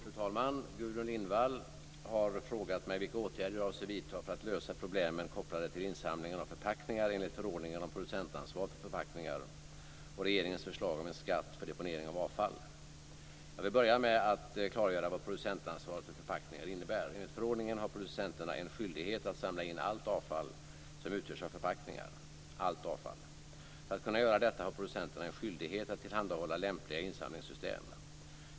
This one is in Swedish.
Fru talman! Gudrun Lindvall har frågat mig vilka åtgärder jag avser vidta för att lösa problemen kopplade till insamlingen av förpackningar enligt förordningen om producentansvar för förpackningar och regeringens förslag om en skatt för deponering av avfall. Jag vill börja med att klargöra vad producentansvaret för förpackningar innebär. Enligt förordningen har producenterna en skyldighet att samla in allt avfall som utgörs av förpackningar. För att kunna göra detta har producenterna en skyldighet att tillhandahålla lämpliga insamlingssystem.